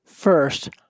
First